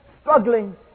struggling